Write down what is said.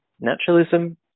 naturalism